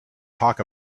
talk